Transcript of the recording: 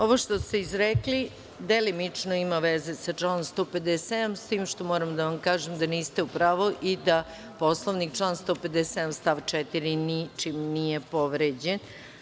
Ovo što ste izrekli, delimično ima veze sa članom 157. s tim što moram da vam kažem da niste u pravu i da Poslovnik, član 157. stav 4. ničim nije povređen.